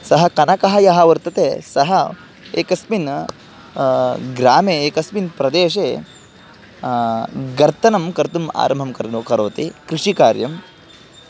सः कनकः यः वर्तते सः एकस्मिन् ग्रामे एकस्मिन् प्रदेशे गर्तनं कर्तुम् आरम्भं कर् करोति कृषिकार्यं